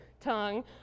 tongue